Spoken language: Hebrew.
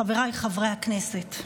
חבריי חברי הכנסת,